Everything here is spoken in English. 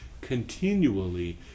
continually